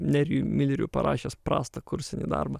nerijų milerių parašęs prastą kursinį darbą